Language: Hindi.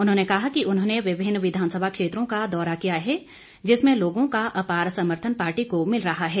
उन्होंने कहा कि उन्होंने विभिन्न विधानसभा क्षेत्रों का दौरा किया हे जिसमें लोगों का अपार समर्थन पार्टी को मिल रहा है